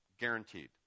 guaranteed